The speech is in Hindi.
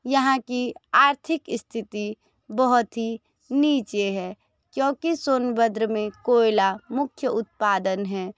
यहाँ की आर्थिक स्थिति बहुत ही नीचे है क्योंकि सोनभद्र में कोयला मुख्य उत्पादन है